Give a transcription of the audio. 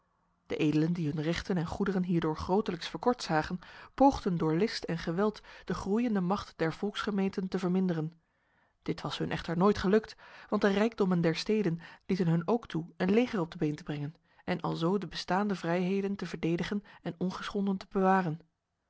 de edelen die hun rechten en goederen hierdoor grotelijks verkort zagen poogden door list en geweld de groeiende macht der volksgemeenten te verminderen dit was hun echter nooit gelukt want de rijkdommen der steden lieten hun ook toe een leger op de been te brengen en alzo de bestaande vrijheden te verdedigen en ongeschonden te bewaren